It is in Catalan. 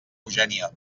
eugènia